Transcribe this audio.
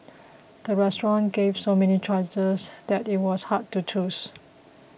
the restaurant gave so many choices that it was hard to choose